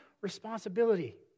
responsibility